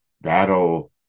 battle